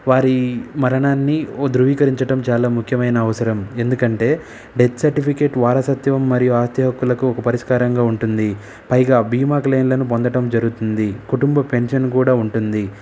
వారి మరణాన్ని ధృవీకరించటం చాలా ముఖ్యమైన అవసరం ఎందుకంటే డెత్ సర్టిఫికేట్ వారసత్వం మరియు ఆస్తి హక్కులకు ఒక పరిష్కారంగా ఉంటుంది పైగా బీమా క్లైమ్లను పొందడం జరుగుతుంది కుటుంబ పెన్షన్ కూడా ఉంటుంది